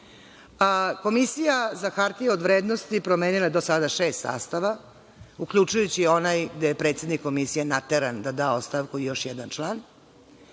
sistemu. Komisija za hartije od vrednosti promenila je do sada šest sastava, uključujući onaj gde je predsednik Komisije nateran da da ostavku i još jedan član